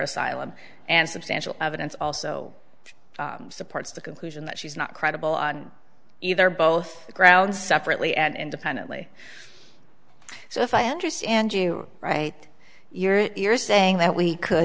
asylum and substantial evidence also supports the conclusion that she's not credible on either or both grounds separately and independently so if i understand you right your ears saying that we could